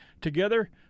Together